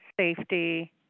safety